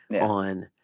on